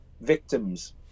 victims